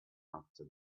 after